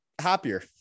happier